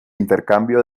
intercambio